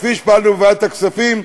כפי שפעלנו בוועדת הכספים,